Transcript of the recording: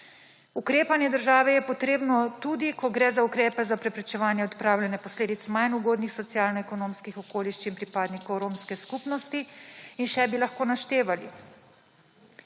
Ukrepanje države je potrebno tudi, ko gre za ukrepe za preprečevanje odpravljanja posledic manj ugodnih socialno-ekonomskih okoliščin pripadnikov romske skupnosti in še bi lahko naštevali.